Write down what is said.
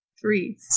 Three